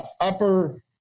upper